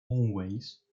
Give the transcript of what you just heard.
always